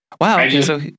Wow